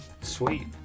Sweet